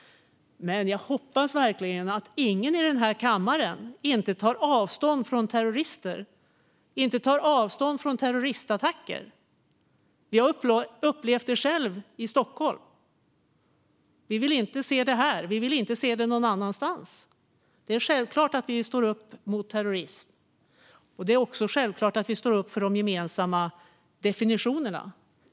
Jag hoppas verkligen att alla i denna kammare tar avstånd från terrorister och terroristattacker. Vi har själva upplevt det i Stockholm och vill inte uppleva det här igen eller någon annanstans. Givetvis står vi upp mot terrorism. Givetvis står vi också upp för de gemensamma definitionerna.